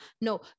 No